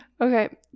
Okay